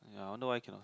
ya I wonder why cannot